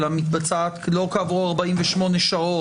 לא כעבור 48 שעות?